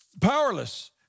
powerless